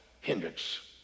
Hendricks